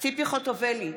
ציפי חוטובלי,